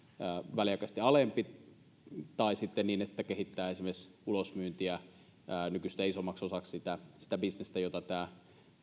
väliaikaisesti alempi tai sitten niin että kehitetään esimerkiksi ulosmyyntiä nykyistä isommaksi osaksi sitä sitä bisnestä mitä tämä